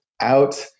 out